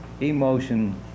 emotion